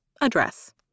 address